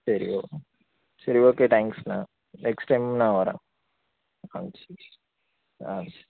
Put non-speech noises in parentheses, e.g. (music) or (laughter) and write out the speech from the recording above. சரி (unintelligible) சரி ஓகே தேங்ஸ்ண்ணே நெக்ஸ்ட் டைம் நான் வரேன் ஆ சரி ஆ